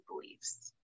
beliefs